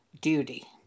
duty